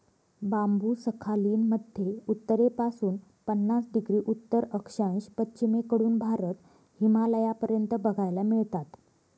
बांबु Sakhalin मध्ये उत्तरेपासून पन्नास डिग्री उत्तर अक्षांश, पश्चिमेकडून भारत, हिमालयापर्यंत बघायला मिळतात